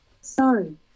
Sorry